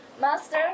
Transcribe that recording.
Master